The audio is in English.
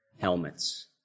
helmets